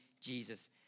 Jesus